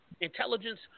Intelligence